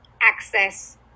access